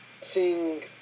seeing